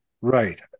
Right